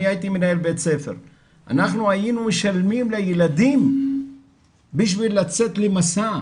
הייתי מנהל בית ספר והיינו משלמים לילדים כדי שיצאו למסע,